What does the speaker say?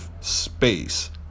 space